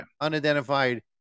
unidentified